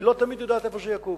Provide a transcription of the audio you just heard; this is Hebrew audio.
היא לא תמיד יודעת איפה זה יקום.